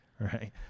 Right